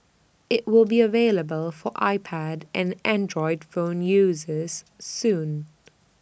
IT will be available for iPad and Android phone users soon